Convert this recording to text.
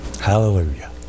Hallelujah